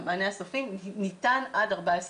המענה הסופי ניתן עד 14 יום.